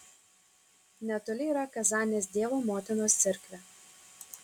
netoli yra kazanės dievo motinos cerkvė